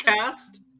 cast